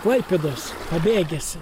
klaipėdos pabėgęs